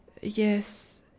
Yes